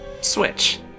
Switch